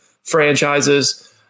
franchises